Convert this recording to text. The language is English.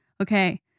okay